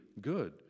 good